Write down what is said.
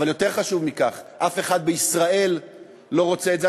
אבל יותר חשוב מכך, אף אחד בישראל לא רוצה את זה.